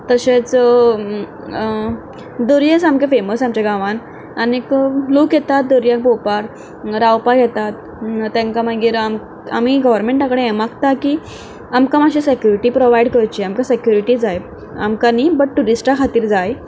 तशेंच दर्या सामके फेमस आमच्या गांवांत आनी लोक येतात दर्या पळोवापक हांगा रावपाक येतात तांकां मागीर आमी गोवर्मेंटा कडेन हें मागता की आमकां मातशी सेक्युरिटी प्रोवायड करची आमकां सेक्युरिटी जाय आमकां न्हय बट ट्युरिस्टां खातीर जाय